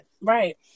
Right